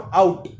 out